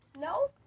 No